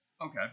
Okay